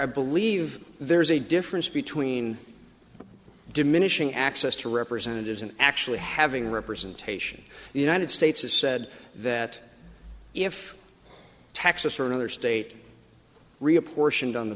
i believe there's a difference between diminishing access to representatives and actually having representation the united states has said that if texas or another state reapportioned on the